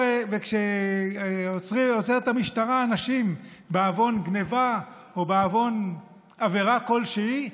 וכשעוצרת המשטרה אנשים בעוון גנבה או בעוון עבירה כלשהי,